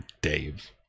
Dave